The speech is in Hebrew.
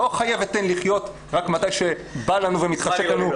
לא חיה ותן לחיות רק מתי שבא לנו ומתחשק לנו.